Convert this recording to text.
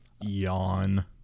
Yawn